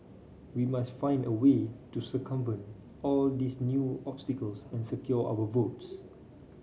we must find a way to circumvent all these new obstacles and secure our votes